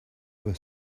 were